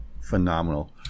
phenomenal